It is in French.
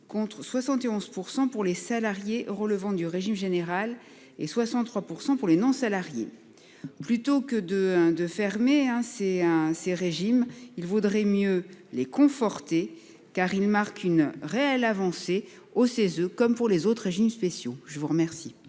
contre 71% pour les salariés relevant du régime général et 63% pour les non-salariés plutôt que de hein de fermer hein c'est un c'est régimes il vaudrait mieux les conforter, car il marque une réelle avancée au CESE, comme pour les autres régimes spéciaux. Je vous remercie,